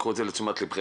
קחו את זה לתשומת לבכם.